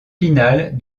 finale